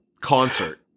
concert